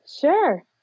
Sure